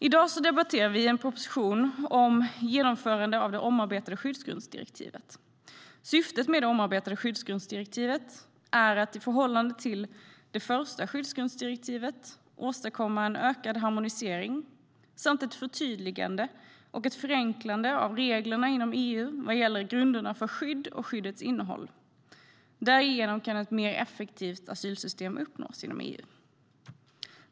I dag debatterar vi en proposition om genomförande av det omarbetade skyddsgrundsdirektivet. Syftet med det omarbetade skyddsgrundsdirektivet är att i förhållande till det första skyddsgrundsdirektivet åstadkomma en ökad harmonisering samt ett förtydligande och ett förenklande av reglerna inom EU vad gäller grunderna för skydd och skyddets innehåll. Därigenom kan ett mer effektivt asylsystem uppnås inom EU.